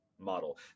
model